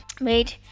made